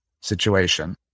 situation